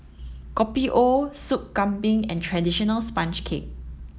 Kopi O Sup kambing and traditional sponge cake